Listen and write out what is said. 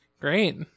great